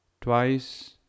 twice